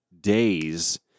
days